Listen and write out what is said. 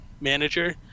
manager